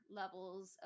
levels